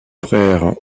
frères